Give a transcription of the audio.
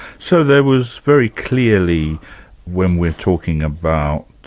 so there was very clearly when we're talking about